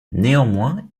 néanmoins